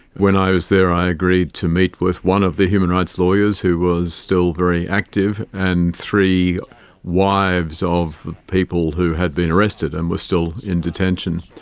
when i was there i agreed to meet with one of the human rights lawyers who was still very active, and three wives of people who had been arrested and were still in detention.